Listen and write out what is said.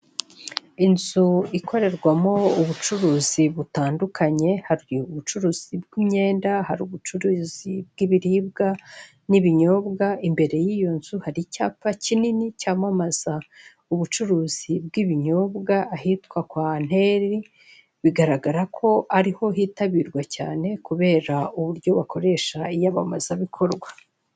Inzu ikorerwamo ubucuruzi butandukanye hari ubucuruzi bw'imyenda, hari ubucuruzi bw'ibiribwa n'ibinyobwa, imbere y'iyo nzu hari icyapa kinini cyamamaza ubucuruzi bw'ibinyobwa ahitwa kwa Antheli bigaragara ko ariho hitabirwa cyane kubera uburyo bakoresha iyamamazabikorwa.